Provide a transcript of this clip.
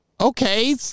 okay